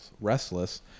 restless